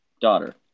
daughter